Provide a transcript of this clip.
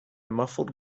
muffled